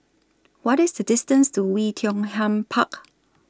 What IS The distance to Oei Tiong Ham Park